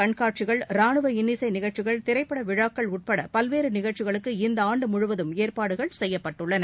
கண்காட்சிகள் ராணுவ இன்னிசை நிகழ்ச்சிகள் திரைப்பட விழாக்கள் உட்பட பல்வேறு நிகழ்ச்சிகளுக்கு இந்த ஆண்டு முழுவதும் ஏற்பாடுகள் செய்யப்பட்டுள்ளன